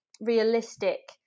realistic